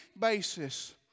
basis